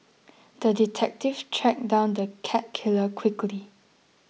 the detective tracked down the cat killer quickly